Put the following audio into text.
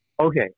Okay